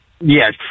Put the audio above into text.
Yes